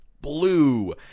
blue